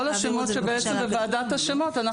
כל השמות שבעצם בוועדת השמות,